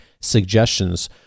suggestions